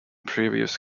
previous